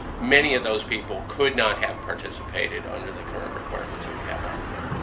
many of those people could not have participated under the current requirements we have out there.